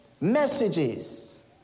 messages